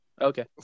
Okay